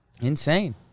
Insane